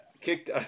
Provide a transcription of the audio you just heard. kicked